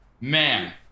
man